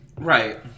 right